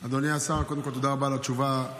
אדוני השר, קודם כול, תודה רבה על התשובה המנומקת.